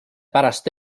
pärast